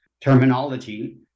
terminology